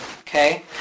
Okay